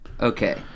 Okay